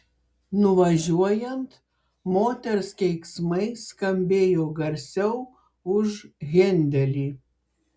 nuvažiuojant moters keiksmai skambėjo garsiau už hendelį